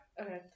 Okay